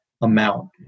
amount